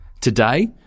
Today